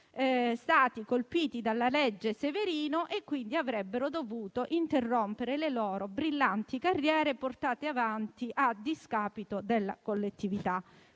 stati colpiti dalla legge Severino e avrebbero dovuto interrompere le loro brillanti carriere, portate avanti a discapito della collettività.